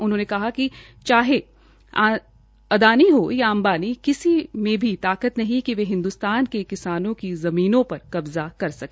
उन्होंने कहा कि चाहे अदानी हो या अंबानी किसी की ताकत नहीं कि वह हिन्द्रस्तान के किसानों की ज़मीनों पर कब्जा कर सके